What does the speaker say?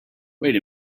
wait